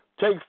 take